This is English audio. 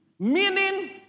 Meaning